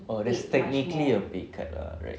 oh that's technically a pay cut lah right